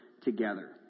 together